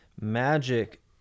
magic